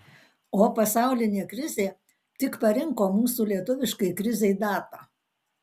o pasaulinė krizė tik parinko mūsų lietuviškai krizei datą